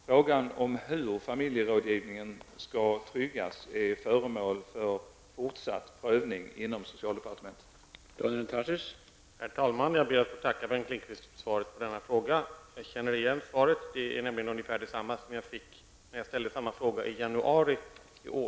Frågan om hur familjerådgivningen skall tryggas är föremål för fortsatt prövning inom socialdepartementet.